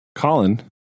Colin